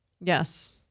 Yes